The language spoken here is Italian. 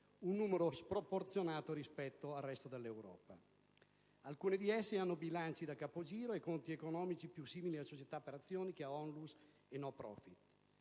un numero sproporzionato rispetto al resto dell'Europa. Alcune di esse hanno bilanci da capogiro e conti economici più simili a società per azioni che ad ONLUS e *non profit*.